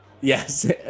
Yes